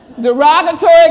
Derogatory